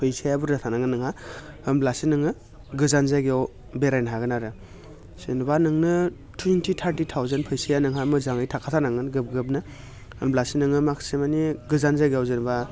फैसाया बुरजा थानांगोन नोंहा होमब्लासो नोङो गोजान जायगायाव बेरायनो हागोन आरो जेनेबा नोंनो टुइनटि थारटि थावजेन्ड फैसाया मोजाङै नोंहा थाखाथारनांगोन ग्रोब ग्रोबनो होनब्लासो नोङो माखासे मानि गोजान जायगायाव जेनेबा